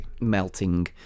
Melting